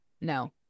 no